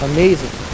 Amazing